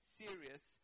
serious